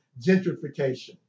Gentrification